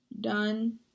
done